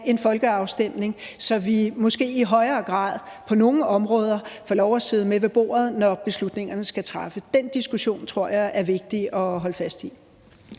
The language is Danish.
en folkeafstemning, så vi måske i højere grad på nogle områder får lov at sidde med ved bordet, når beslutningerne skal træffes. Den diskussion tror jeg er vigtig at holde fast i.